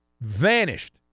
vanished